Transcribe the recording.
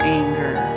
anger